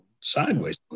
sideways